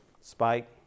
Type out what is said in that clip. spike